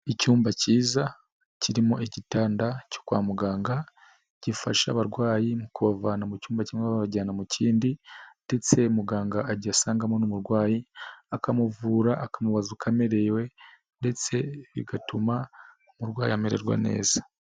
Icyumba kiza kirimo igitanda cyo kwa muganga, gifasha abarwayi mu kubavana mu cyumba kimwe babajyana mu kindi ndetse muganga ajya asangamo n'umurwayi, akamuvura, akamubaza uko amerewe ndetse bigatuma umurwayi amererwa neza.